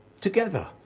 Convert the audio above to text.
together